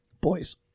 Boys